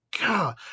God